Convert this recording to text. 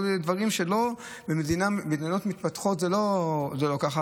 במדינות מתפתחות זה לא כך.